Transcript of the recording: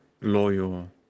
loyal